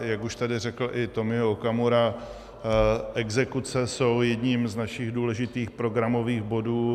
Jak už tady řekl i Tomio Okamura, exekuce jsou jedním z našich důležitých programových bodů.